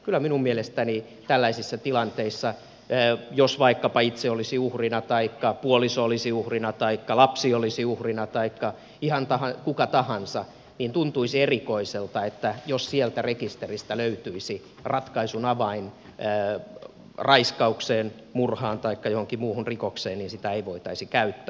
kyllä minun mielestäni tällaisissa tilanteissa jos vaikkapa itse olisi uhrina taikka puoliso olisi uhrina taikka lapsi olisi uhrina taikka ihan kuka tahansa tuntuisi erikoiselta että jos sieltä rekisteristä löytyisi ratkaisun avain raiskaukseen murhaan tai johonkin muuhun rikokseen sitä ei voitaisi käyttää